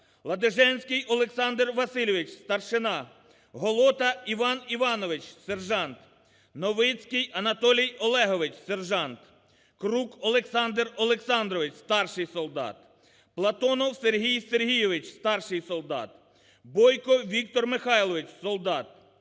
Ладиженський Олександр Васильович – старшина; Голота Іван Іванович – сержант; Новицький Анатолій Олегович – сержант; Крук Олександр Олександрович – старший солдат; Платонов Сергій Сергійович – старший солдат; Бойко Віктор Михайлович – солдат;